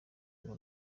ngo